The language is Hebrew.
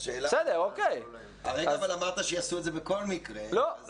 אבל אם אמרת שיעשו את זה בכל מקרה.